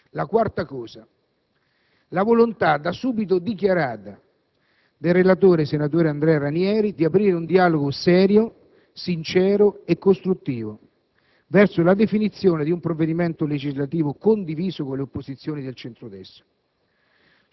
In quarto luogo, la volontà da subito dichiarata dal relatore, senatore Andrea Ranieri, di aprire un dialogo serio, sincero e costruttivo verso la definizione di un provvedimento legislativo condiviso con le opposizioni del centro-destra.